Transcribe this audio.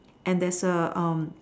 and there is a um